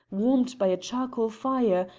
warmed by a charcoal fire,